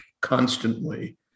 constantly